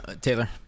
taylor